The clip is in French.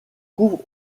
couvrent